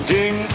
Ding